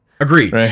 Agreed